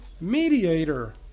mediator